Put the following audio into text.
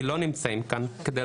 לא נוכל לקרוא